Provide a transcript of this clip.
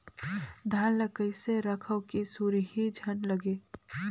धान ल कइसे रखव कि सुरही झन लगे?